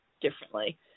differently